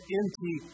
empty